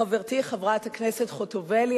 חברתי חברת הכנסת חוטובלי,